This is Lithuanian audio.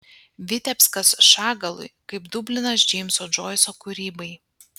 vitebskas šagalui kaip dublinas džeimso džoiso kūrybai